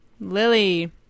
Lily